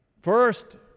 First